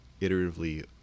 iteratively